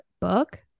book